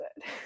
good